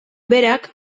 berak